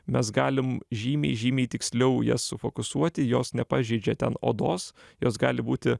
mes galim žymiai žymiai tiksliau jas sufokusuoti jos nepažeidžia ten odos jos gali būti